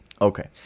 Okay